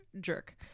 jerk